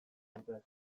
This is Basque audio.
dute